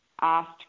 asked